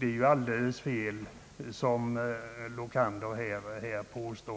Herr Lokanders påstående i detta avseende är alldeles felaktigt.